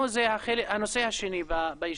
זה הנושא השני בישיבה.